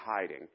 hiding